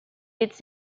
its